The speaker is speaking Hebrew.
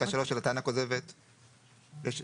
זו